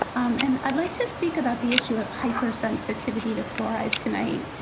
and i'd like to speak about the issue of hypersensitivity to fluoride tonight.